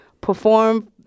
perform